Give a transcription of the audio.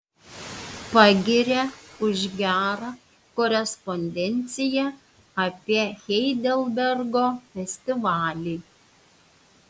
pagiria už gerą korespondenciją apie heidelbergo festivalį